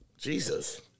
Jesus